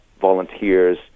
volunteers